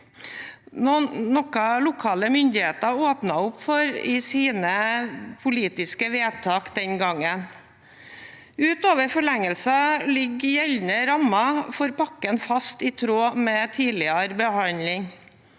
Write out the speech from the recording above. noe lokale myndigheter åpnet opp for i sine politiske vedtak den gangen. Utover forlengelsen ligger gjeldende rammer for pakken fast, i tråd med tidligere behandling.